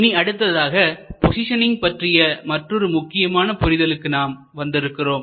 இனி அடுத்ததாக போசிஷனிங் பற்றிய மற்றொரு முக்கியமான புரிதலுக்கு நாம் வந்திருக்கிறோம்